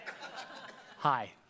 Hi